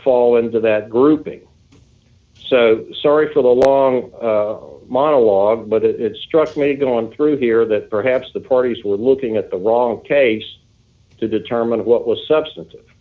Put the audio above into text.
fall into that grouping so sorry for the long monologue but d it struck me going through here that perhaps the parties were looking at the wrong case to determine what was substantive